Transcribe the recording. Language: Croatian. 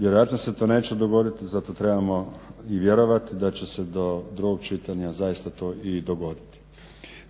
Vjerojatno se to neće dogoditi. Zato trebamo vjerovati da će se do drugog čitanja zaista to i dogoditi.